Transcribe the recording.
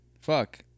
fuck